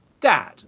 Dad